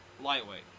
Lightweight